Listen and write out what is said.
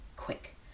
quick